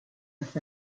with